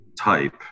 type